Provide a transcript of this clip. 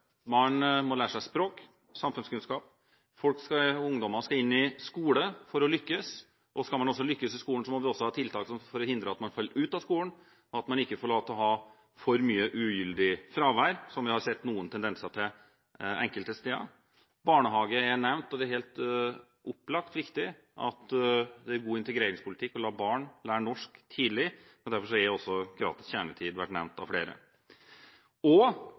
må lære seg språk og samfunnskunnskap. Ungdommene skal inn i skole for å lykkes. Skal man lykkes i skolen, må vi også ha tiltak for å hindre at man faller ut av skolen og at man har for mye ugyldig fravær – som vi har sett noen tendenser til enkelte steder. Barnehager er nevnt. Det er helt opplagt viktig at det er god integreringspolitikk å la barn lære norsk tidlig. Derfor har også gratis kjernetid vært nevnt av flere. Vi trenger også å få til raskere godkjenning av utdanning og